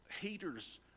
haters